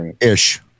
ish